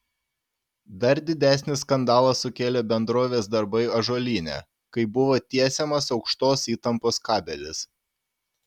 dar didesnį skandalą sukėlė bendrovės darbai ąžuolyne kai buvo tiesiamas aukštos įtampos kabelis